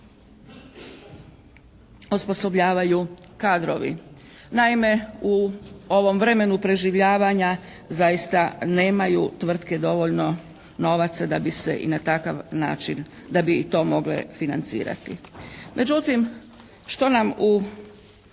osposobljavaju kadrovi. Naime, u ovom vremenu preživljavanja zaista nemaju tvrtke dovoljno novaca da bi se i na takav način, da bi i to mogle financirati. Međutim, što nam u